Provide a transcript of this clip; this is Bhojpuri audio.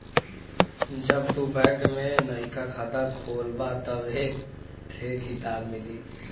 जब तू बैंक में नइका खाता खोलबा तब एक थे किताब मिली